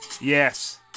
Yes